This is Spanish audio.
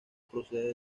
procede